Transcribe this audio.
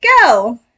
go